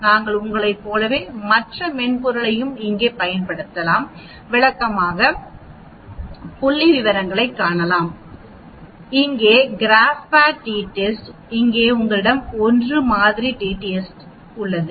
ஆனால் நாங்கள் உங்களைப் போலவே மற்ற மென்பொருளையும் இங்கே பயன்படுத்தலாம் விளக்கமான புள்ளிவிவரங்களைக் காணலாம் இங்கே கிராப்பேட் டி டெஸ்ட் இங்கே உங்களிடம் 1 மாதிரி டி டெஸ்ட் உள்ளது